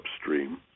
upstream